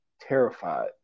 terrified